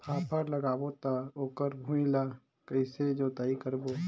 फाफण लगाबो ता ओकर भुईं ला कइसे जोताई करबो?